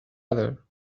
other